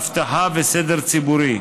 אבטחה וסדר ציבורי.